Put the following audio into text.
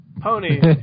Pony